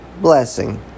blessing